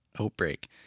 outbreak